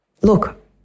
Look